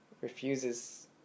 refuses